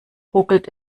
ruckelt